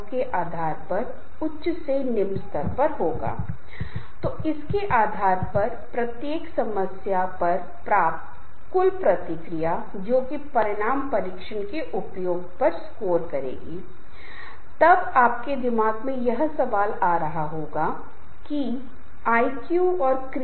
अब कुछ लोगों को निश्चित रूप से समूह में अच्छा ज्ञान हो रहा है जो अनुभव सहायता में मदद करेगा अनुभवी लोग हमेशा एक समूह में बहुत महत्वपूर्ण होते हैं जिसे वे साझा कर सकते हैं और अपने ज्ञान के साथ अपने अनुभव से समूह को लाभान्वित किया जा सकता है